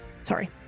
sorry